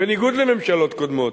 בניגוד לממשלות קודמות: